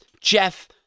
jeff